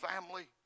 family